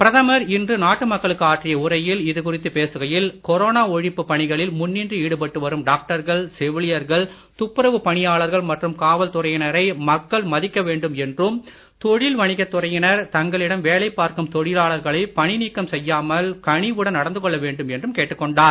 பிரதமர் இன்று நாட்டு மக்களுக்கு ஆற்றிய உரையில் இது குறித்துப் பேசுகையில் கொரோனா ஒழப்புப் பணிகளில் முன்னின்று ஈடுபட்டு வரும் டாக்டர்கள் செவிலியர்கள் துப்புரவுப் பணியாளர்கள் மற்றும் காவல்துறையினரை மக்கள் மதிக்க வேண்டும் என்றும் தொழில் வணிகத் துறையினர் தங்களிடம் வேலை பார்க்கும் தொழிலாளர்களை பணிநீக்கம் செய்யாமல் கனிவுடன் நடந்து கொள்ள வேண்டும் என்றும் கேட்டுக்கொண்டார்